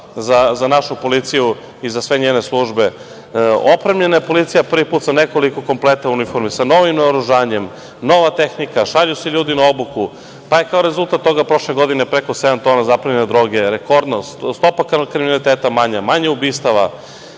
za našu policiju i za sve njene službe. Opremljena je policija prvi put sa nekoliko kompleta uniformi, sa novim naoružanjem, nova tehnika, šalju se ljudi na obuku, pa je kao rezultat toga prošle godine preko sedam tona zaplenjeno droge, rekordnost, stopa kriminaliteta manja, manje ubistava.U